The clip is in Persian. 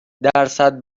درصد